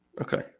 Okay